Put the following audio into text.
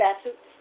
statutes